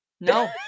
no